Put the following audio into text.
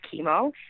chemo